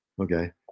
Okay